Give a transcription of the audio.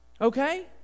Okay